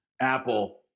Apple